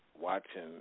watching